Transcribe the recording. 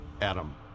Adam